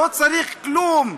לא צריך כלום,